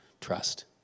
trust